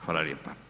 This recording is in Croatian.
Hvala lijepa.